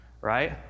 right